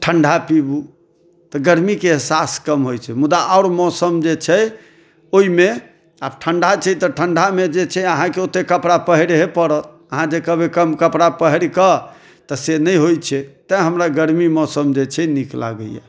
ठण्डा पीबू तऽ गरमीके एहसास कम होइत छै मुदा आओर मौसम जे छै ओहिमे आब ठण्डा छै तऽ ठण्डामे जे छै अहाँकेँ ओते कपड़ा पहिरहे पड़त अहाँ जे कहबै कम कपड़ा पहिरकऽ तऽ से नहि होइत छै तऽ हमरा गरमी मौसम जे छै नीक लागैया